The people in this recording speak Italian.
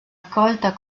accolta